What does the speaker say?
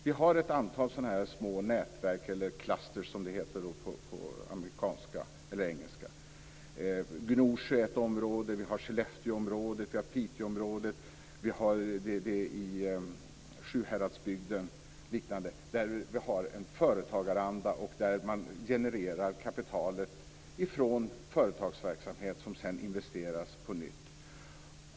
Vi har ett antal sådana små nätverk eller clusters som det heter på engelska. Gnosjö är ett område. Vi har också Skellefteåområdet, Piteåområdet, Sjuhäradsbygden och liknande där vi har en företagaranda och där man genererar kapital från företagsverksamhet som kan investeras på nytt.